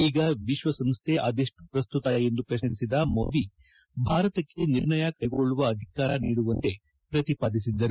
ಈಗ ವಿಶ್ವಸಂಸ್ಥೆ ಅದೆಷ್ಟು ಪ್ರಸ್ತುತ ಎಂದು ಪ್ರಶ್ನಿಸಿದ ಮೋದಿ ಭಾರತಕ್ಕೆ ನಿರ್ಣಯ ಕೈಗೊಳ್ಳುವ ಅಧಿಕಾರ ನೀಡುವಂತೆ ಪ್ರತಿಪಾದಿಸಿದರು